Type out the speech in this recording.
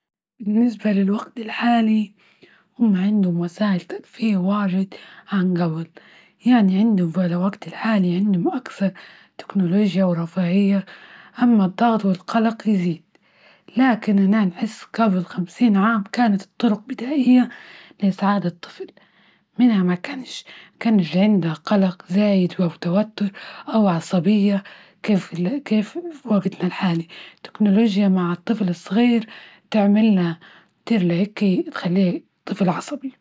بالنسبة للوقت الحالي هم عندهم وسائل ترفيه واجد عن جبل، يعني عندهم بالوقت الحالي عنده مو أكثر تكنولوجيا ورفاهية، أما الضغط والقلق يزيد، لكن هنا نحس قبل خمسين عام كانت الطرق بدائية لإسعاد الطفل منها ما كانش-ماكنش عندة قلق زايد وتوتر أو عصبية كيف وقتنا الحالي، تكنولوجيا مع الطفل الصغير تعمل لنا تخليه طفل عصبي.